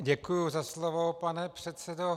Děkuji za slovo, pane předsedo.